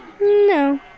No